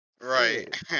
Right